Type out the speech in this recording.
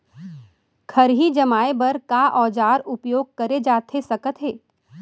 खरही जमाए बर का औजार उपयोग करे जाथे सकत हे?